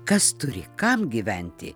kas turi kam gyventi